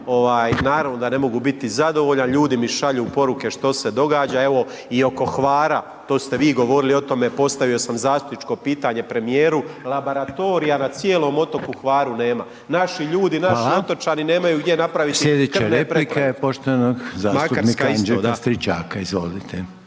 naravno da ne mogu biti zadovoljan, ljudi mi šalju poruke što se događa, evo i oko Hvara to ste vi govorili o tome, postavio sam zastupničko pitanje premijeru laboratorija na cijelom otoku Hvaru nema. Naši ljudi …/Upadica: Hvala./… naši otočani nemaju gdje napraviti krvne pretrage. **Reiner, Željko (HDZ)** Slijedeća replika je poštovanog zastupnika Anđelka Stričaka. Izvolite.